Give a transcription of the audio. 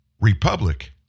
republic